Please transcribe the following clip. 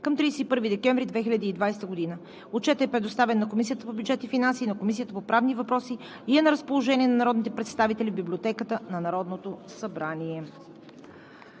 към 31 декември 2020 г. Отчетът е предоставен на Комисията по бюджет и финанси и на Комисията по правни въпроси и е на разположение на народните представители в Библиотеката на Народното събрание.